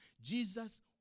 Jesus